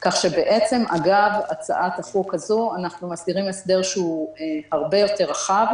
כך שבעצם אגב הצעת החוק הזו אנחנו מסדירים הסדר שהוא הרבה יותר רחב.